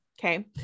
Okay